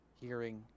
Hearing